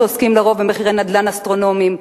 שעוסקים לרוב במחירי נדל"ן אסטרונומיים,